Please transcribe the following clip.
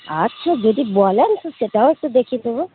আচ্ছা যদি বলেন তো সেটাও একটু দেখিয়ে দেবো